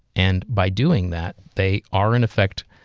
and by doing that, they are, in effect,